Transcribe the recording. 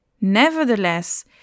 Nevertheless